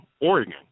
Oregon